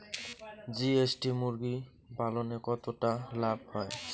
GST মুরগি পালনে কতটা লাভ হয়?